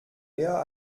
eher